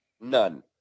none